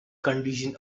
condition